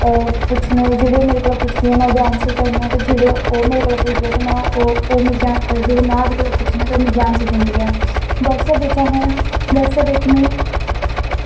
पुच्छने जेह्ड़े मेरे कोला दा पुछदियां में आंसर करनी आं ते जेह्ड़े ओह् मेरे कोला दा पुछदे ते जेह्ड़े में ओह्दे कोला दा पुछनी आं ते ओह् मिगी आंसर दिंदी ऐ ब्हाटसैप बिच्च में